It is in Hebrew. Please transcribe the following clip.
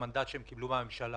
תוכלו להתייחס עוד בהמשך.